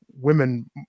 women